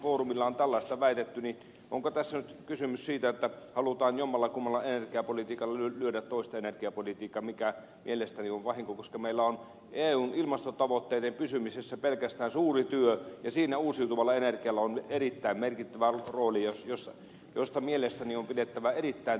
kun monella foorumilla on tällaista väitetty niin onko tässä nyt kysymys siitä että halutaan jommallakummalla energiapolitiikalla lyödä toista energiapolitiikkaa mikä mielestäni on vahinko koska meillä on eun ilmastotavoitteissa pysymisessä pelkästään suuri työ ja siinä uusiutuvalla energialla on erittäin merkittävä rooli josta mielestäni on pidettävä erittäin tiukasti kiinni